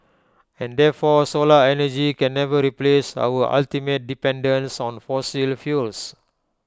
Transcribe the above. and therefore solar energy can never replace our ultimate dependence on fossil fuels